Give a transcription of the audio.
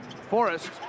Forrest